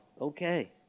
okay